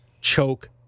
choke